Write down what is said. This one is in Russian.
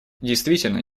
действительно